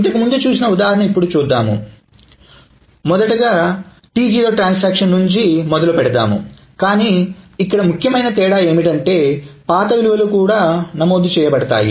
ఇంతకు మునుపు చూసిన ఉదాహరణ ఇప్పుడు చూద్దాము start T0 నుంచి మొదలు పెడదాముకానీ ఇక్కడ ముఖ్యమైన తేడా ఏమిటంటే పాత విలువలు కూడా నమోదు చేయబడతాయి